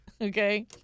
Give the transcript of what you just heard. Okay